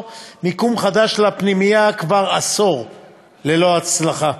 למצוא מיקום חדש לפנימייה ללא הצלחה.